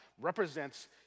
represents